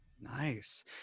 Nice